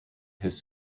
his